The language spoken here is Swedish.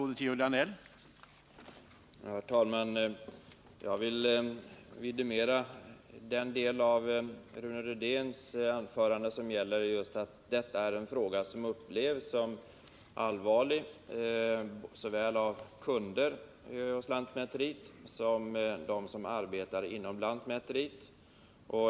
Herr talman! Jag vill vidimera den del av Rune Rydéns anförande som gäller att detta är en fråga som upplevs som allvarlig såväl av kunder hos lantmäteriet som av dem som arbetar inom lantmäteriet.